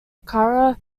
kara